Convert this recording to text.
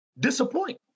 Disappoint